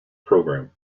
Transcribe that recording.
program